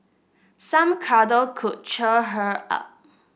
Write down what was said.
some cuddle could cheer her up